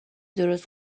درست